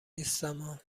نیستما